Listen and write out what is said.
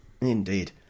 Indeed